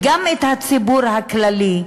וגם את הציבור הכללי,